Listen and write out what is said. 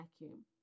vacuum